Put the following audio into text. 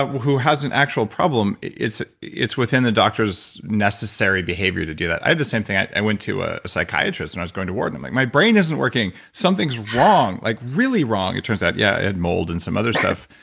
who has an actual problem, it's it's within the doctor's necessary behavior to do that. i had the same thing. i i went to a psychiatrist when and i was going to work. i'm like, my brain isn't working something's wrong, like really wrong. it turns out yeah, i i had mold and some other stuff,